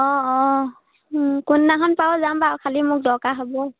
অঁ অঁ কোনদিনাখন পাৰো যাম বাৰু খালি মোক দৰকাৰ হ'ব